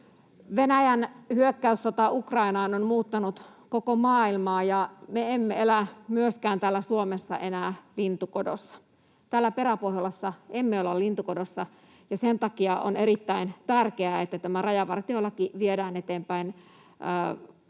Venäjän hyökkäyssota Ukrainaan on muuttanut koko maailmaa, ja me emme elä myöskään täällä Suomessa enää lintukodossa. Täällä peräpohjolassa emme ole lintukodossa, ja sen takia on erittäin tärkeää, että tämä rajavartiolaki viedään eteenpäin